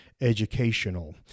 Educational